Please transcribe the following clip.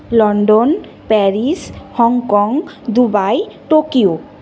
London Paris Hong Kong Dubai Tokyo